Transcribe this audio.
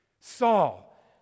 Saul